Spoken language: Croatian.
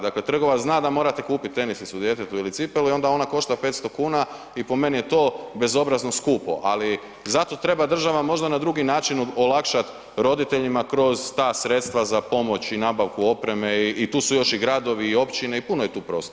Dakle trgovac zna da morate kupit tenisicu djetetu ili cipelu i onda ona košta 500 kn i po meni je to bezobrazno skupo ali zato treba država možda na drugi način olakšati roditelja kroz ta sredstva za pomoć i nabavku opreme i tu su još i gradovi i općine i puno je tu prostora.